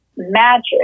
magic